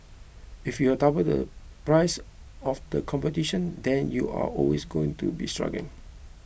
if you are double the price of the competition then you are always going to be struggling